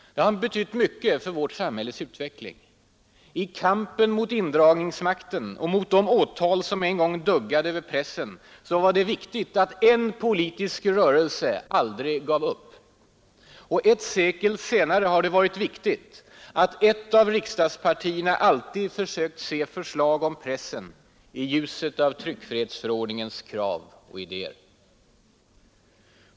Det har betytt mycket för vårt samhälles utveckling. I kampen mot indragningsmakten och mot de åtal som en gång duggade över pressen var det viktigt att en politisk rörelse aldrig gav upp. Och ett sekel senare har det varit viktig att ett av riksdagspartierna alltid försökt se förslag om pressen i ljuset av tryckfrihetsförordningens krav och idéer.